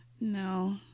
no